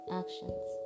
actions